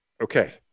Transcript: Okay